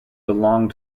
belonged